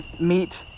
meet